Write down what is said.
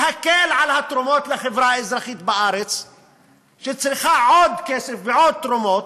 להקל על התרומות לחברה האזרחית בארץ שצריכה עוד כסף ועוד תרומות,